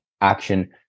action